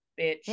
bitch